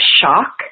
shock